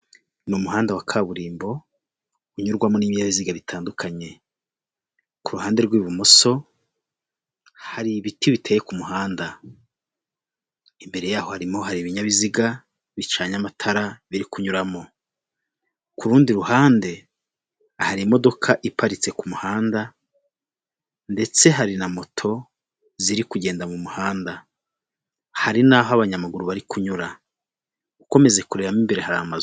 Ni umuhanda wa kaburimbo unyurwamo n'ibyabiziga bitandukanye, ku ruhande rw'ibumoso hari ibiti biteye ku muhanda, imbere yaho harimo hari ibinyabiziga bicanye amatara biri kunyuramo, ku rundi ruhande hari imodoka iparitse ku muhanda ndetse hari na moto ziri kugenda mu muhanda ,hari n'aho abanyamaguru bari kunyura, ukomeza kurebamo imbere hari amazu.